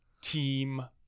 team